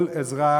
כל אזרח,